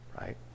Right